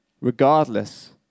regardless